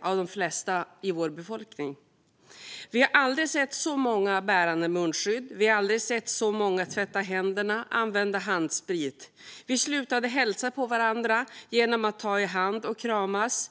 bland de flesta i vår befolkning. Vi har aldrig sett så många bära munskydd, och vi har aldrig sett så många tvätta händerna och använda handsprit. Vi slutade hälsa på varandra genom att ta i hand och kramas.